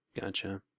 Gotcha